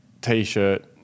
T-shirt